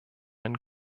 ein